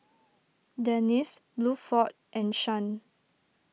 Dennis Bluford and Shan